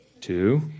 two